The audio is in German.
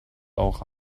auch